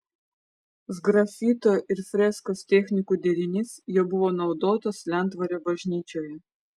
sgrafito ir freskos technikų derinys jau buvo naudotas lentvario bažnyčioje